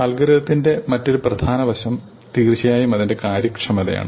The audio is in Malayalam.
അൽഗോരിത്തിന്റെ മറ്റൊരു പ്രധാന വശം തീർച്ചയായും അതിന്റെ കാര്യക്ഷമതയാണ്